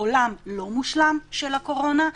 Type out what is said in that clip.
בעולם לא מושלם של הקורונה,